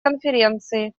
конференции